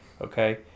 okay